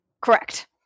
Correct